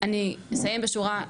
אני אסיים בשורה,